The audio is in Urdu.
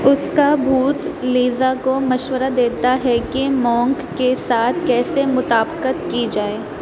اس کا بھوت لیزا کو مشورہ دیتا ہے کہ مونک کے ساتھ کیسے مطابقت کی جائے